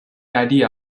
idea